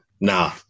nah